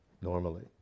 Normally